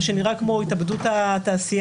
מה שנראה כמו התאבדות התעשייה.